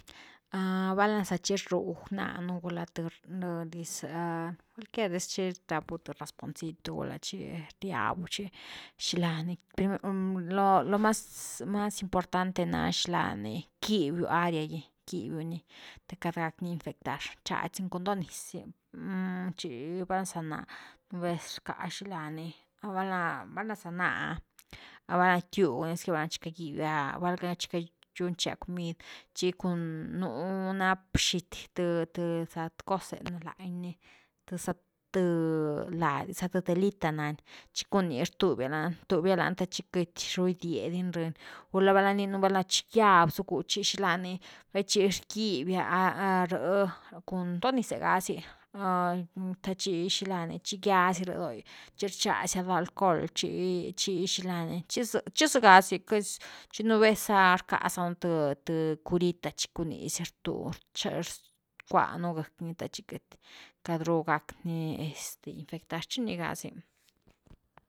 Val’na za chi rug nanu gula th dis cualquier disc hi dis racu th rasponcito, gula chi riabu gula chi, xilani, lo mas, mas importante na xila ni, quibiu área gy, quibiu ni te queity gack ni infectar chic nú do niz zy, chi val za náh nú vez rcka xini lani, val’na za náh ah val na tiug ni zque va chi cagibia, valna chi cayunche comid chi cun nú nap xity th-th za cos’e lañ ni th lady za th telita nani chic un ni rtubia lani-rtubia lani te chi queity ru gidie dini rëny, gulá val’na gininu lo chi giab zacku chi xilani baichi rgibia rh cun do niz’e ga zy te cbhi xilani hi gia zy rh do’i chi rcha sia do alcohol chic-chi xilani chi zë, chi zëgasy, chi nú vez ah rcka sa nú th-th curita chi cun ni zi truby, rcuanu gecki ni te chi queity ru gackni infectar chi ní gazy.